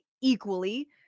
equally